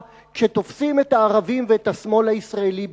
כשתופסים את הערבים ואת השמאל הישראלי בבגידה.